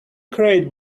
create